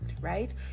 right